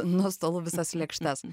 nuo stalų visas lėkštes